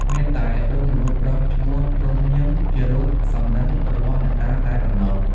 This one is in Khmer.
មានតែរូបមនុស្សប្រុសឈ្មោះ ព្រំុ-ញឹម ជារូបសំណឹងរបស់អ្នកតាតែប៉ុណ្ណោះ។